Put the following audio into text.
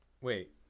Wait